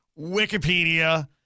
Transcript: Wikipedia